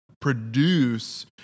produce